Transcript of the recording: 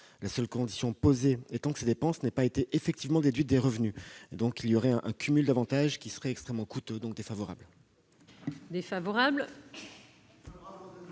la seule condition posée étant que ces dépenses n'aient pas été effectivement déduites des revenus. Un tel cumul d'avantages serait extrêmement coûteux. Par